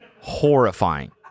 Horrifying